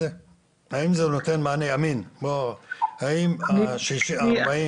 אדוני היו"ר וחברים,